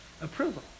approval